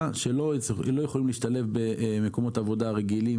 שלא יכולים להשתלב במקומות עבודה רגילים,